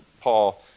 Paul